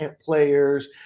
players